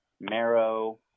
marrow